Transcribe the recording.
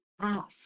ask